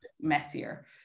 messier